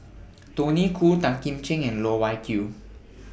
Tony Khoo Tan Kim Ching and Loh Wai Kiew